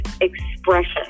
expression